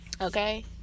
Okay